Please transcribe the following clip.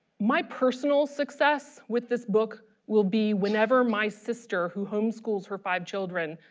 my personal success with this book will be whenever my sister, who homeschools her five children,